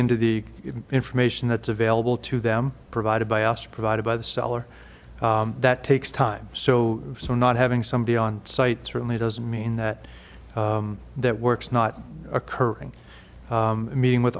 into the information that's available to them provided by us provided by the seller that takes time so so not having somebody on site certainly doesn't mean that that works not occurring meeting with